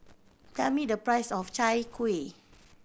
tell me the price of Chai Kuih